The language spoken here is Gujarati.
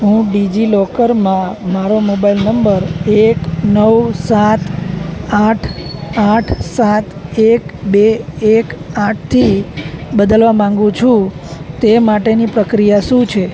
હું ડિજિલોકરમાં મારો મોબાઈલ નંબર એક નવ સાત આઠ આઠ સાત એક બે એક આઠથી બદલવા માંગુ છું તે માટેની પ્રક્રિયા શું છે